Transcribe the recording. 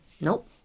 Nope